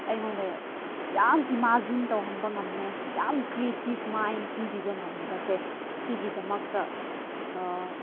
ꯑꯩꯉꯣꯟꯗ ꯌꯥꯝ ꯏꯃꯥꯖꯤꯟ ꯇꯧꯍꯟꯕ ꯉꯝꯃꯦ ꯌꯥꯝ ꯀ꯭ꯔꯦꯇꯤꯞ ꯃꯥꯏꯟ ꯄꯤꯕꯤꯕ ꯉꯝꯕꯁꯦ ꯁꯤꯒꯤꯗꯃꯛꯇ